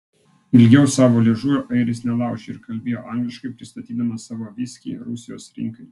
ilgiau savo liežuvio airis nelaužė ir kalbėjo angliškai pristatydamas savo viskį rusijos rinkai